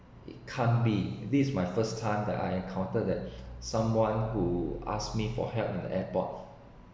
it can’t be this is my first time that I encountered that someone who asked me for help in the airport